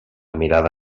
mirada